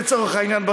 לצורך העניין,